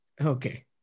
Okay